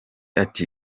ati